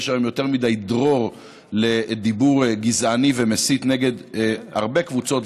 יש היום יותר מדי דרור לדיבור גזעני ומסית נגד הרבה קבוצות,